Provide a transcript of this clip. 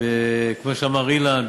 וכמו שאמר אילן,